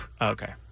okay